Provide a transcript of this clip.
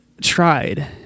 tried